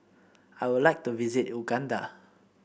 I would like to visit Uganda